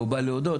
או בא להודות,